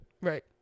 Right